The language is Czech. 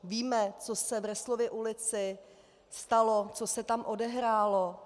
Víme, co se v Resslově ulici stalo, co se tam odehrálo.